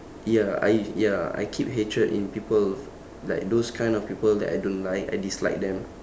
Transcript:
ya I ya I keep hatred in people like those kind of people that I don't like I dislike them